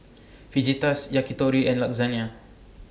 Fajitas Yakitori and Lasagna